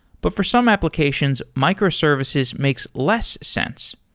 but for some applications, microservices makes less sense.